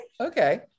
Okay